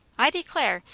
i declare!